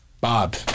Bob